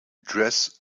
dress